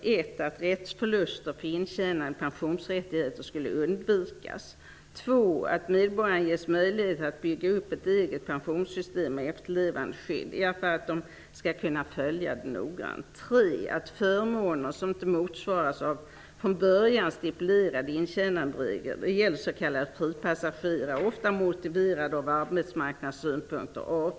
För det första att rättsförluster för intjänade pensionsrättigheter skulle undvikas. För det andra att medborgarna skulle ges möjligheter att bygga upp ett eget pensionssystem och efterlevandeskydd. För det tredje att förmåner som inte motsvaras av de från början stipulerade intjänandereglerna avförs från systemet. Det gäller s.k. fripassagerare, där motivet ofta var arbetsmarknadsskäl.